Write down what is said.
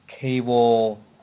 cable